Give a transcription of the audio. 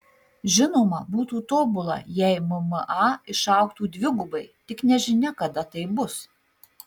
žinoma būtų tobula jei mma išaugtų dvigubai tik nežinia kada tai bus